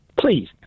please